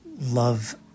love